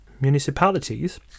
municipalities